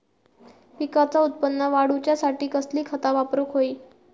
पिकाचा उत्पन वाढवूच्यासाठी कसली खता वापरूक होई?